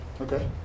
Okay